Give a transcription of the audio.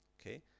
Okay